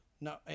No